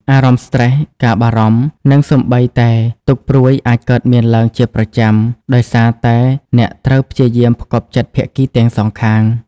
អារម្មណ៍ស្ត្រេស ការបារម្ភ និងសូម្បីតែទុក្ខព្រួយអាចកើតមានឡើងជាប្រចាំ ដោយសារតែអ្នកត្រូវព្យាយាមផ្គាប់ចិត្តភាគីទាំងសងខាង។